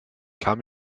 kam